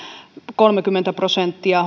kolmekymmentä prosenttia